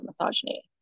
misogyny